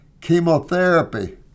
Chemotherapy